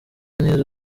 nk’izo